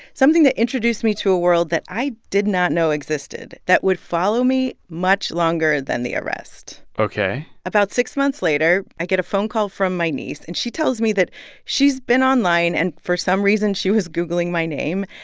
something that introduced me to a world that i did not know existed that would follow me much longer than the arrest ok about six months later, i get a phone call from my niece, and she tells me that she's been online, and for some reason, she was googling my name.